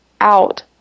out